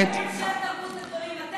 בינך לבין תרבות אין מקריות.